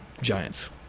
Giants